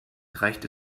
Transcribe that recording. reicht